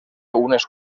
unes